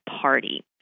party